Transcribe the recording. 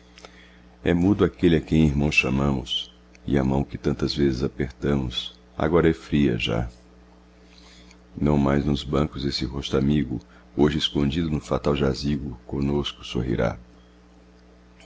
é mudo aquele a quem irmão chamamos e a mão que tantas vezes apertamos agora é fria já não mais nos bancos esse rosto amigo hoje escondido no fatal jazigo conosco sorrirá